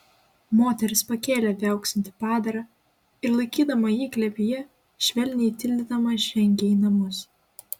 moteris pakėlė viauksintį padarą ir laikydama jį glėbyje švelniai tildydama žengė į namus